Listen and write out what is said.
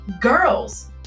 girls